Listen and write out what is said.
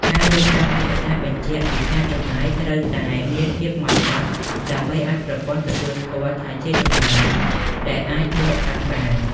ការរៀបចំឯកសារបញ្ជាក់ពីការចំណាយត្រូវតែមានភាពហ្មត់ចត់ ដើម្បីឱ្យប្រព័ន្ធទទួលស្គាល់ថាជាចំណាយដែលអាចដកកាត់បាន។